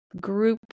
group